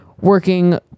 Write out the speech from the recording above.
working